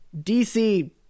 DC